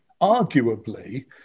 Arguably